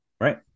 Right